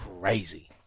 crazy